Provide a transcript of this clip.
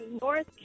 North